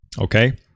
Okay